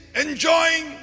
enjoying